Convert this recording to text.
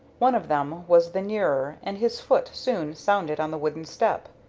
one of them was the nearer, and his foot soon sounded on the wooden step.